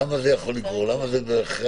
למה זה יכול לגרור?